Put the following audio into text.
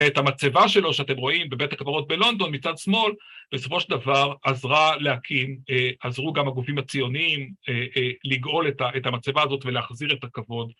‫את המצבה שלו שאתם רואים ‫בבית הקברות בלונדון מצד שמאל, ‫בסופו של דבר עזרו גם הגופים הציוניים ‫לגאול את המצבה הזאת ‫ולהחזיר את הכבוד.